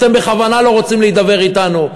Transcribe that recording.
אתם בכוונה לא רוצים להידבר אתנו,